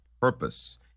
purpose